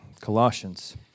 Colossians